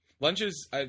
lunches